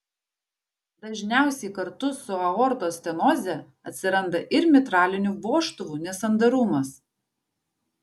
dažniausiai kartu su aortos stenoze atsiranda ir mitralinių vožtuvų nesandarumas